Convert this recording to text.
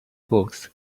books